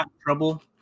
trouble